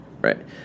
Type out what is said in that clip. right